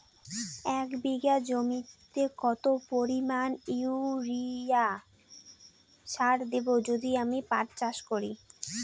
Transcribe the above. এক বিঘা জমিতে কত পরিমান ইউরিয়া সার দেব যদি আমি পাট চাষ করি?